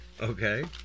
Okay